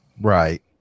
right